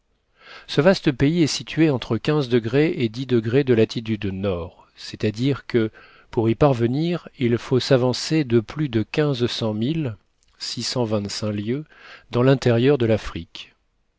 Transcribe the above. ce vaste pays est situé entre et de latitude nord c'est-à-dire que pour y parvenir il faut s'avancer de plus de quinze cent milles six cent vingt-cinq lieues dans l'intérieur de l'afrique